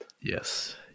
Yes